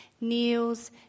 kneels